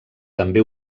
també